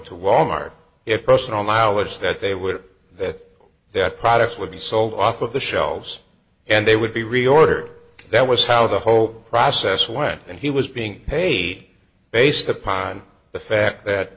to wal mart if personal knowledge that they were that their products would be sold off of the shelves and they would be reordered that was how the whole process went and he was being paid based upon the fact that